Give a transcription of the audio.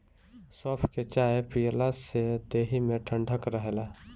सौंफ के चाय पियला से देहि में ठंडक रहेला